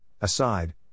Aside